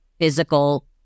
physical